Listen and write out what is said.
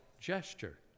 gesture